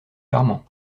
charmant